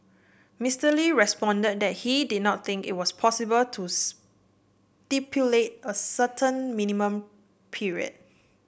Mister Lee responded that he did not think it was possible to stipulate a certain minimum period